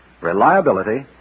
reliability